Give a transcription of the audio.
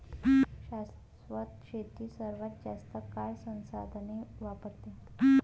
शाश्वत शेती सर्वात जास्त काळ संसाधने वापरते